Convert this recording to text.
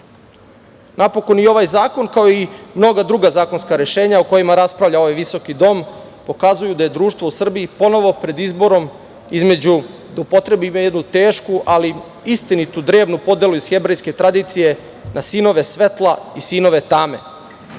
društvo. Napokon i ovaj zakon, kao i mnoga druga zakonska rešenja o kojima raspravlja ovaj visoki dom pokazuju da je društvo u Srbiji ponovo pred izborom između, da upotrebim jednu tešku, ali istinitu drevnu podelu iz hebrejske tradicije, na sinove svetla i sinove tame. Ne